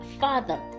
father